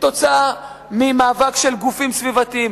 כתוצאה ממאבק של גופים סביבתיים.